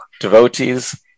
devotees